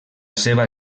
seva